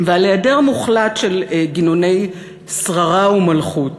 ועל היעדר מוחלט של גינוני שררה ומלכות,